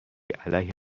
علیه